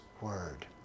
word